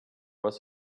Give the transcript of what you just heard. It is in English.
was